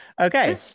Okay